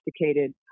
sophisticated